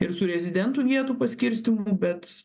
ir su rezidentų vietų paskirstymu bet